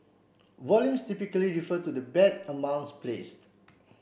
volumes typically refer to the bet amounts placed